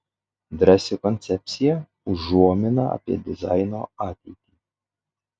drąsi koncepcija užuomina apie dizaino ateitį